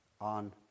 on